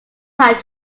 had